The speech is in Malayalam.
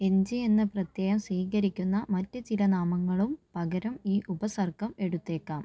എൻ ജി എന്ന പ്രത്യയം സ്വീകരിക്കുന്ന മറ്റ് ചില നാമങ്ങളും പകരം ഈ ഉപസർഗ്ഗം എടുത്തേക്കാം